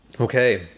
Okay